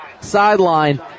sideline